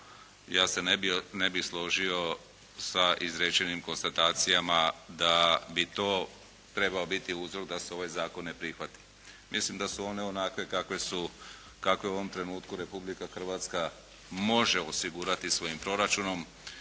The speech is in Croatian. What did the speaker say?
ja se ne bih složio sa izrečenim konstatacijama da bi to trebao biti uzrok da se ovaj zakon ne prihvati. Mislim da su one onakve kakve u ovom trenutku Republika Hrvatska može osigurati svojim proračunom,